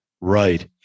Right